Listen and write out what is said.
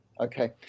Okay